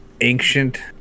ancient